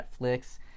netflix